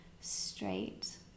straight